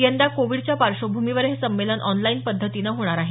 यंदा कोविडच्या पार्श्वभूमीवर हे संमेलन ऑनलाईन पद्धतीने होणार आहे